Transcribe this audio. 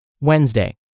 Wednesday